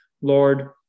Lord